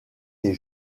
les